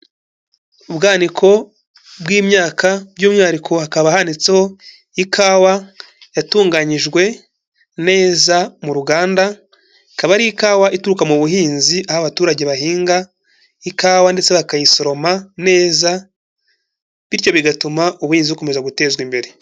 Ubwaniko bw'imyaka by'umwihariko hakaba hanitseho ikawa yatunganyijwe neza mu ruganda, ikaba ari ikawa ituruka mu buhinzi, aho abaturage bahinga ikawa ndetse bakayisoroma neza bityo bigatuma ubuhinzi bukomeza gutezwa imbere.